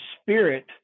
spirit